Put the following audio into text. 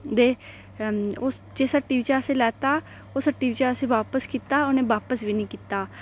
ते उस जिस हट्टी बिच्चें अस लैता उस हट्टी बिच असें बापस कीता उ'न्ने बापस बी निं कीता